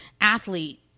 athlete